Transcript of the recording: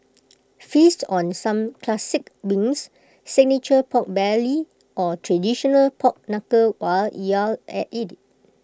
feast on some classic wings signature Pork Belly or traditional pork Knuckle while you're at IT